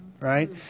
right